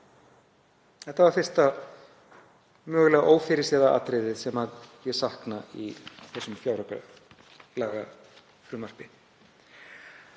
Þetta var fyrsta mögulega ófyrirséða atriðið sem ég sakna í þessu fjáraukalagafrumvarpi.